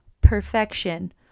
perfection